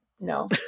no